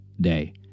day